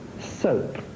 SOAP